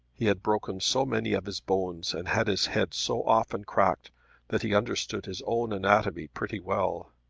he had broken so many of his bones and had his head so often cracked that he understood his own anatomy pretty well.